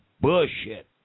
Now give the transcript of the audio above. bullshit